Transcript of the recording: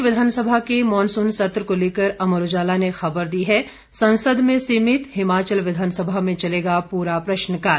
प्रदेश विधानसभा के मानसून सत्र को लेकर अमर उजाला ने खबर दी है संसद में सीमित हिमाचल विधानसभा में चलेगा पूरा प्रश्नकाल